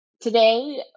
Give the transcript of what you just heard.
today